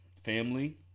Family